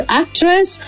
actress